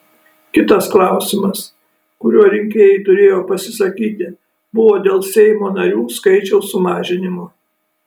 kitas klausimas kuriuo rinkėjai turėjo pasisakyti buvo dėl seimo narių skaičiaus sumažinimo